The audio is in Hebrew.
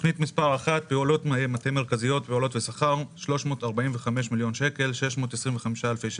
תכנית מספר 1: פעילויות מטה מרכזיות - פעולות ושכר ־ 345,625 אלפי ש״ח.